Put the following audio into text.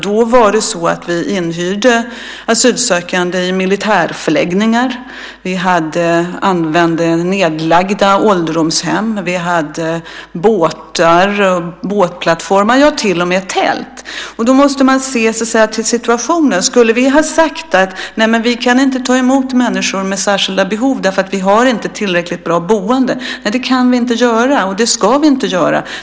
Då inhyste vi asylsökande i militärförläggningar, vi använde nedlagda ålderdomshem, vi hade båtar och båtplattformar, ja, till och med tält. Då måste man se till situationen. Skulle vi ha sagt att vi inte kunde ta emot människor med särskilda behov därför att vi inte hade tillräckligt bra boende? Nej, det kan vi inte göra, och det ska vi inte göra.